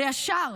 וישר,